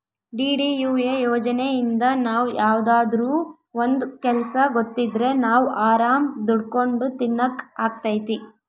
DDUA ಯೋಜನೆಇಂದ ನಾವ್ ಯಾವ್ದಾದ್ರೂ ಒಂದ್ ಕೆಲ್ಸ ಗೊತ್ತಿದ್ರೆ ನಾವ್ ಆರಾಮ್ ದುಡ್ಕೊಂಡು ತಿನಕ್ ಅಗ್ತೈತಿ